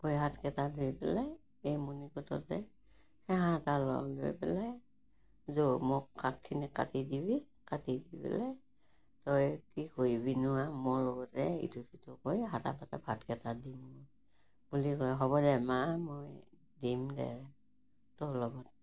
ভৰি হাতকেইটা ধুই পেলাই এই মনিকোটতে সেৱা এটা ল লৈ পেলাই জ' মোক শাকখিনি কাটি দিবি কাটি দি পেলাই তই কি কৰিবিনো আহ মোৰ লগতে ইটো সিটো কৰি হাতা পাতা ভাতকেইটা দি বুলি কয় হ'ব দে মা মই দিম দে তোৰ লগত